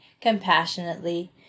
compassionately